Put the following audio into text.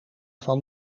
van